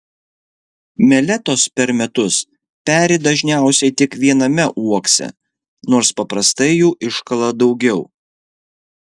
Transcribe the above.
meletos per metus peri dažniausiai tik viename uokse nors paprastai jų iškala daugiau